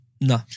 No